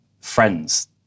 friends